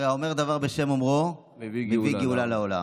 הרי האומר דבר בשם אומרו מביא גאולה לעולם.